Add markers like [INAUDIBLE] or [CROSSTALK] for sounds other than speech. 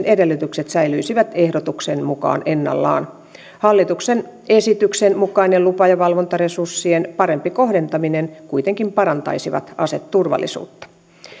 [UNINTELLIGIBLE] edellytykset säilyisivät ehdotuksen mukaan ennallaan hallituksen esityksen mukainen lupa ja valvontaresurssien parempi kohdentaminen kuitenkin parantaisi aseturvallisuutta